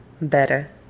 better